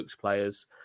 players